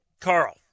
Carl